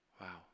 wow